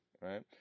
right